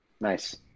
Nice